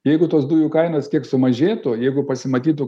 jeigu tos dujų kainos kiek sumažėtų jeigu pasimatytų